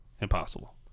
Impossible